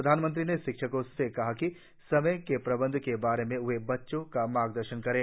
प्रधानमंत्री ने शिक्षकों से कहा कि समय के प्रबंध के बारे में वे बच्चों का मार्गदर्शन करें